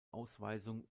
ausweisung